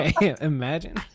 imagine